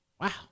Wow